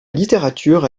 littérature